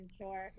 sure